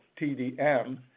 TDM